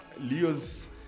Leo's